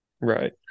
Right